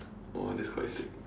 !wah! that's quite sick